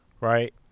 Right